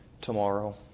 tomorrow